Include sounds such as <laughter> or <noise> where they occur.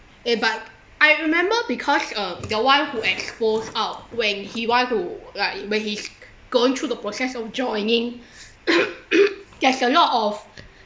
eh but I remember because uh the one who exposed out when he want to like when he's going through the process of joining <coughs> there's a lot of